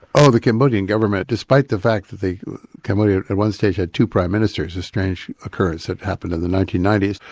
oh, the cambodian government, despite the fact that the khmer at one stage had two prime ministers, a strange occurence that happened in the nineteen ninety s,